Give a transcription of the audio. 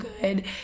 good